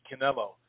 Canelo